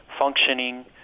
functioning